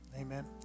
Amen